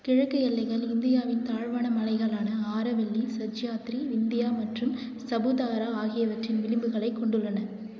கிழக்கு எல்லைகள் இந்தியாவின் தாழ்வான மலைகளான ஆரவல்லி சஹ்யாத்ரி விந்தியா மற்றும் சபுதாரா ஆகியவற்றின் விளிம்புகளைக் கொண்டுள்ளன